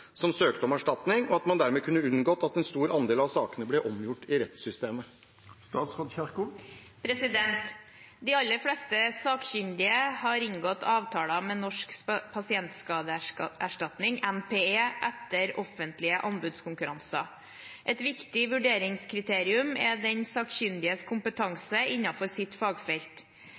som søkte om erstatning, og at man dermed kunne unngått at en stor andel av sakene ble omgjort i rettssystemet?» De aller fleste sakkyndige har inngått avtaler med Norsk pasientskadeerstatning, NPE, etter offentlige anbudskonkurranser. Et viktig vurderingskriterium er den sakkyndiges kompetanse innenfor sitt fagfelt.